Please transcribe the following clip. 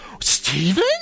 Steven